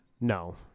No